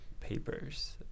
papers